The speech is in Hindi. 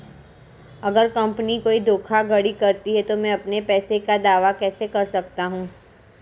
अगर कंपनी कोई धोखाधड़ी करती है तो मैं अपने पैसे का दावा कैसे कर सकता हूं?